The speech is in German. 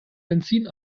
benzin